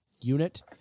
unit